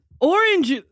orange